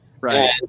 Right